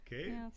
okay